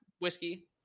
Whiskey